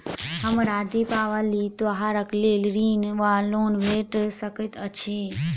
हमरा दिपावली त्योहारक लेल ऋण वा लोन भेट सकैत अछि?